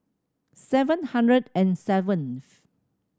seven hundred and seventh